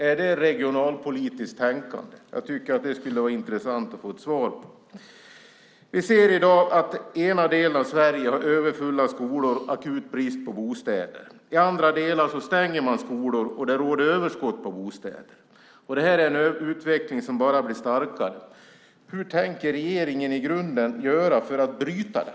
Är det ett regionalpolitiskt tänkande? Jag tycker att det skulle vara intressant att få ett svar på. Vi ser i dag att den ena delen av Sverige har överfulla skolor och akut brist på bostäder. I andra delar stänger man skolor, och det råder överskott på bostäder. Det är en utveckling som bara blir starkare. Vad tänker regeringen göra för att bryta det?